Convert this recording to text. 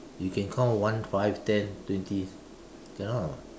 you can count one five ten twenty cannot [what]